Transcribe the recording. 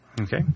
Okay